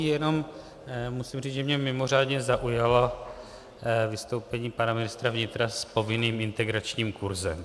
Jenom musím říct, že mě mimořádně zaujalo vystoupení pana ministra vnitra s povinným integračním kurzem.